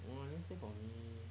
oh never save for me